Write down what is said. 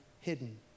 hidden